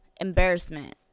Embarrassment